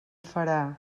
farà